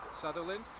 Sutherland